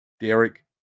Derek